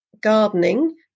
gardening